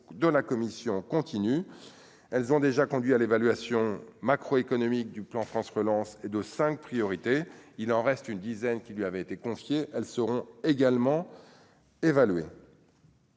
de la commission continue, elles ont déjà conduit à l'évaluation macro-économique du plan France relance et de 5 priorités, il en reste une dizaine qui lui avait été conseillé, elles seront également évaluée.